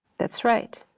that's right.